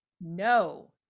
no